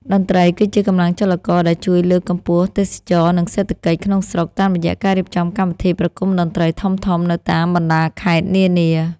តន្ត្រីគឺជាកម្លាំងចលករដែលជួយលើកកម្ពស់ទេសចរណ៍ និងសេដ្ឋកិច្ចក្នុងស្រុកតាមរយៈការរៀបចំកម្មវិធីប្រគំតន្ត្រីធំៗនៅតាមបណ្តាខេត្តនានា។